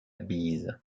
bise